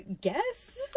guess